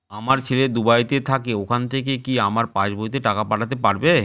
আমার ছেলে দুবাইতে থাকে ওখান থেকে কি আমার পাসবইতে টাকা পাঠাতে পারবে?